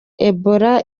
ebola